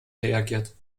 reagiert